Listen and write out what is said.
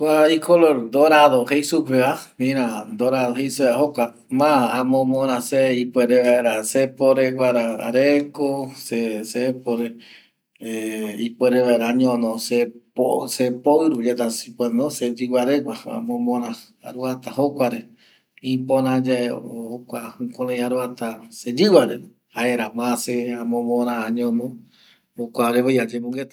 Kua y color dorado jei supe va se ma amae se puere añono vaera se po re guara areko ipuere vaera añono se yiva regaua jaema ma amoamora añono esa ipora oyesa seve jukurei se ayemongueta